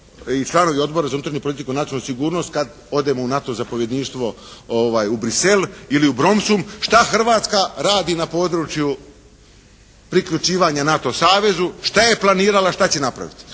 i članovi Odbora za unutarnju politiku i nacionalnu sigurnost kad odemo u NATO zapovjedništvo u Bruxelles ili u «Bromsum» šta Hrvatska radi na području priključivanja NATO savezu, šta je planirala šta će napraviti?